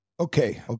Okay